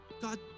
God